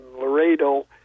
Laredo